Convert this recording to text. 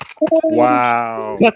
Wow